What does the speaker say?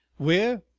where?